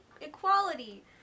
equality